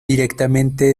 directamente